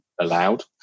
allowed